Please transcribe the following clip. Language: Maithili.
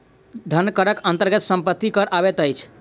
धन करक अन्तर्गत सम्पत्ति कर अबैत अछि